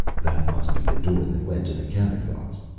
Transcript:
that must be the door that led to the catacombs.